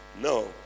No